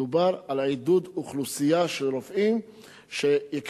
מדובר על עידוד אוכלוסייה של רופאים שיקבלו,